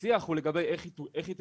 השיח הוא לגבי איך היא תגובש,